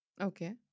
Okay